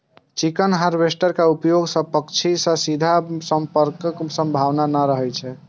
chicken harvester के उपयोग सं पक्षी सं सीधा संपर्कक संभावना नै रहै छै